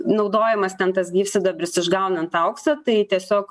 naudojamas ten tas gyvsidabris išgaunant auksą tai tiesiog